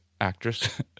actress